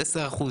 10%,